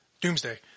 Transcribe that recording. Doomsday